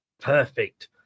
Perfect